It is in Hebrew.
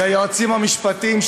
ליועצים המשפטיים,